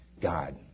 God